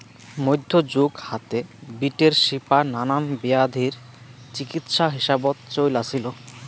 মইধ্যযুগ হাতে, বিটের শিপা নানান বেয়াধির চিকিৎসা হিসাবত চইল আছিল